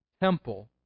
temple